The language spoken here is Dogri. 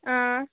हां